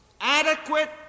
adequate